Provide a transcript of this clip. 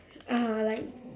ah like